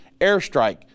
airstrike